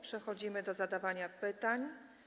Przechodzimy do zadawania pytań.